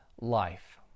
Life